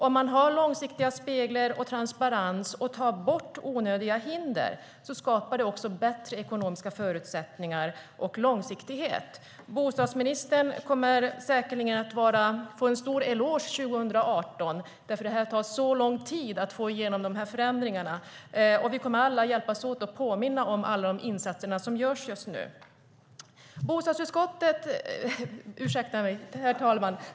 Om man har långsiktiga spelregler, transparens och tar bort onödiga hinder skapar det också bättre ekonomiska förutsättningar och långsiktighet. Bostadsministern kommer säkerligen att få en stor eloge 2018. Det tar nämligen så lång tid att få igenom förändringarna. Vi kommer alla att hjälpas åt att påminna om alla insatser som görs just nu.